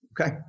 okay